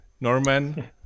norman